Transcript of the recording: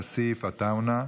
כסיף ועטאונה,